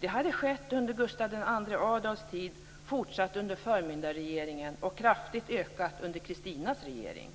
Det hade skett under Gustav II Adolfs tid, fortsatt under förmyndarregeringen och kraftigt ökat under Kristinas regering.